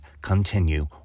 continue